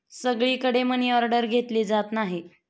सगळीकडे मनीऑर्डर घेतली जात नाही